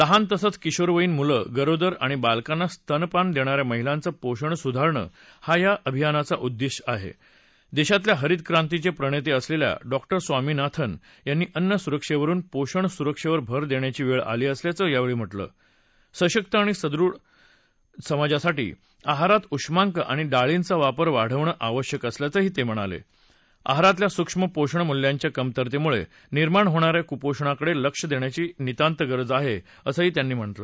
सेहान तसंच किशोरवयीन मुलं गरोदर आणि बालकांना स्तनपान दग्तो या महिलांचं पोषण सुधारणं हा या अभियानाचा उद्दधी आह द्वेधीतल्या हरित क्रांतीच प्रणक्त असलखित डॉक्टर स्वामीनाथन यांनी अन्न सुरक्षक्रिन पोषण सुरक्षदि भर दखिाची वक्त आली असल्याचं म्हटलं आहा संशक्त आणि सदृढ समाजासाठी आहारात उष्मांक आणि डाळींचा वापर वाढवणं आवश्यक असल्याचं तम्हिणाला आहारातल्या सूक्ष्म पोषण मूल्यांच्या कमतरतमुळांतिर्माण होणा या कुपोषणाकडळिक्ष दण्वाची गरज त्यांनी व्यक्त कली